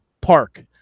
Park